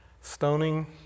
Stoning